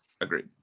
Agreed